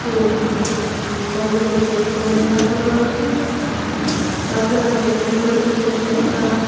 କୁ ସବୁବେଳେ ଚେକ୍ କରି ବ୍ୟବହାର କରିବା ଉଚିତ ଆଉ ତ ରେଗୁଲେଟର୍କୁ ଚେକ୍ କରୁଥିବା